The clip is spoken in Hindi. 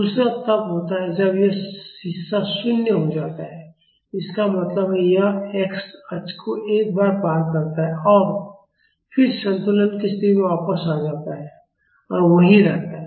दूसरा तब होता है जब यह हिस्सा शून्य हो जाता है इसका मतलब है यह x अक्ष को एक बार पार करता है और फिर संतुलन की स्थिति में वापस आ जाता है और वहीं रहता है